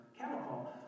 chemical